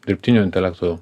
dirbtinio intelekto